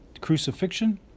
crucifixion